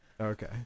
Okay